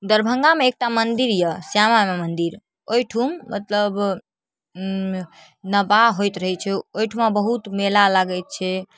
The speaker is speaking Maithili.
दरभङ्गामे एकटा मन्दिर अइ श्यामा माइ मन्दिर ओहिठाम मतलब नवाह होइत रहै छै ओहिठाम बहुत मेला लागै छै